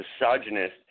misogynist